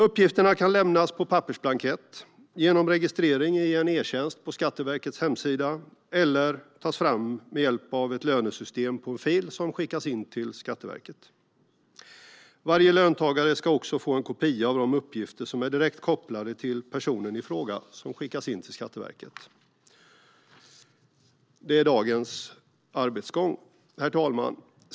Uppgifterna kan lämnas på pappersblankett eller genom registrering i en e-tjänst på Skatteverkets hemsida. De kan också tas fram med hjälp av en fil i ett lönesystem, som skickas in till Skatteverket. Varje löntagare ska också få en kopia av de uppgifter som är direkt kopplade till personen i fråga och som skickas in till Skatteverket. Detta är dagens arbetsgång. Herr talman!